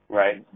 right